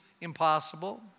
impossible